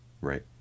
right